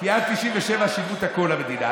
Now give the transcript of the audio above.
כי עד 1997 שילמו את הכול, המדינה.